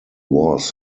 was